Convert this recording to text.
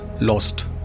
lost